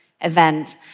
event